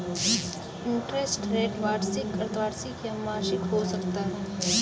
interest rate वार्षिक, अर्द्धवार्षिक या मासिक हो सकता है